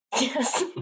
Yes